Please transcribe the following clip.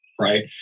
Right